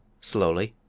slowly,